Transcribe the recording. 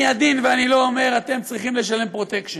אני עדין ואני לא אומר: אתם צריכים לשלם פרוטקשן.